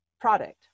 product